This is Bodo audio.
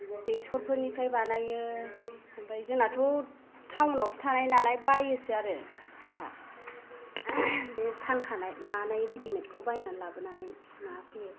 बेसरफोरनिफ्राय बानायो ओमफाय जोंनाथ' टाउन आवसो थानाय नालाय बायोसो आरो जोंहा बे फानखानाय मानाय रेदि मेट खौ बायना लाबोनानै माबाफैयो